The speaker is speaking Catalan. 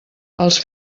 els